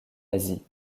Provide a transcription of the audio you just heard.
asie